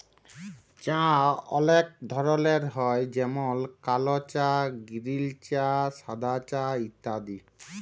চাঁ অলেক ধরলের হ্যয় যেমল কাল চাঁ গিরিল চাঁ সাদা চাঁ ইত্যাদি